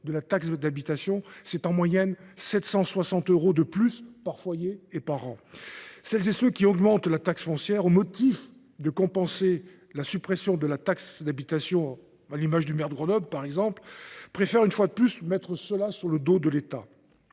de la taxe d’habitation, c’est, en moyenne, 760 euros de plus par foyer et par an. Celles et ceux qui augmentent la taxe foncière au motif de compenser la suppression de la taxe d’habitation, à l’image du maire de Grenoble, préfèrent mettre cette hausse sur le dos de l’État.